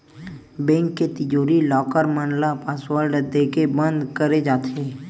bank के तिजोरी, locker मन ल पासवर्ड देके बंद करे जाथे